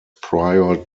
prior